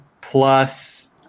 plus